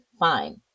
Fine